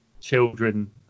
children